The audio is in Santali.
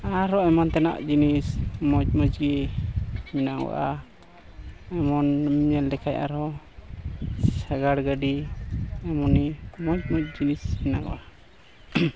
ᱟᱨᱚ ᱮᱢᱟᱱ ᱛᱮᱱᱟᱜ ᱡᱤᱱᱤᱥ ᱢᱚᱡᱽ ᱢᱚᱡᱽ ᱜᱮ ᱢᱮᱱᱟᱜᱚᱜᱼᱟ ᱮᱢᱚᱱ ᱧᱮᱞ ᱞᱮᱠᱷᱟᱡ ᱟᱨᱦᱚᱸ ᱥᱟᱜᱟᱲ ᱜᱟᱹᱰᱤ ᱮᱢᱚᱱᱤ ᱢᱚᱡᱽ ᱢᱚᱡᱽ ᱡᱤᱱᱤᱥ ᱦᱮᱱᱟᱜᱚᱜᱼᱟ